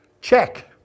Check